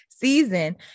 season